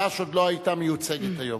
חד"ש עוד לא היתה מיוצגת היום.